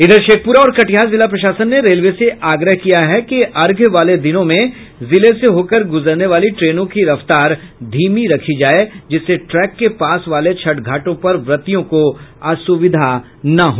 इधर शेखपुरा और कटिहार जिला प्रशासन ने रेलवे से आग्रह किया है कि अर्घ्य वाले दिनों में जिले से होकर गुजरने वाली ट्रेनों की रफ्तार धीमी रखी जाए जिससे ट्रैक के पास वाले छठ घाटों पर व्रतियों को असुविधा न हो